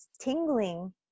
tingling